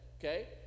okay